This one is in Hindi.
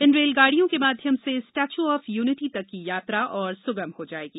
इन रेलगाड़ियों के माध्यम से स्टैच्यू ऑफ यूनिटी तक की यात्रा और सुगम हो जाएगी